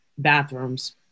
bathrooms